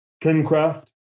Kingcraft